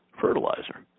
fertilizer